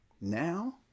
Now